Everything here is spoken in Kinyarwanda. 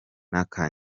n’aka